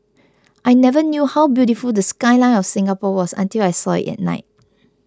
I never knew how beautiful the skyline of Singapore was until I saw it at night